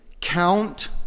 Count